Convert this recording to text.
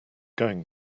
going